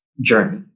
journey